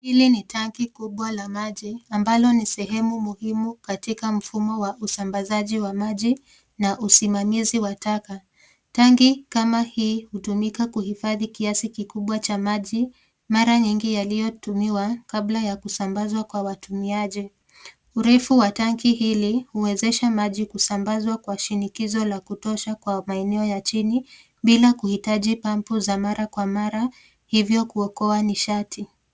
Hili ni tanki kubwa la maji ambalo ni sehemu muhimu katika mfumo wa usambazaji wa maji na usimamizi wa taka. Tanki kama hii hutumika kuhifadhi kiasi kikubwa cha maji mara nyingi yaliotumiwa kabla ya kusambazwa kwa watumiaji. Urefu wa tanki hili huwezesha maji kusambazwa kwa shinikizo la kutosha kwa maeneo ya chini bila kuhitaji pampu za mara kwa mara hivyo kuokoa nishati.